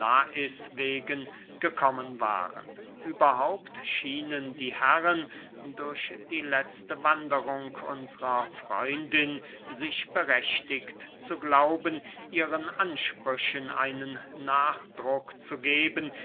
wegen gekommen waren überhaupt schienen die herren durch die letzte wanderung unsrer freundin sich berechtigt zu glauben ihren ansprüchen einen nachdruck zu geben